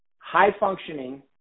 high-functioning